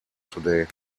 today